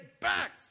back